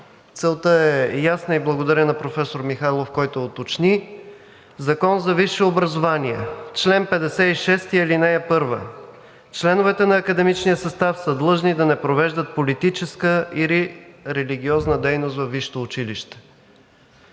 Целта е ясна и благодаря на професор Михайлов, който уточни. Закон за висшето образование, чл. 56, ал. 1: „Членовете на академичния състав са длъжни да не провеждат политическа или религиозна дейност във висшето училище.“